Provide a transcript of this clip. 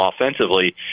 offensively